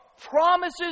promises